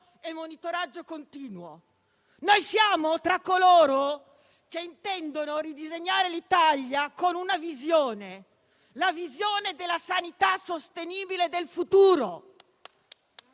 e monitoraggio continuo. Noi siamo tra coloro che intendono ridisegnare l'Italia con una visione, la visione della sanità sostenibile del futuro,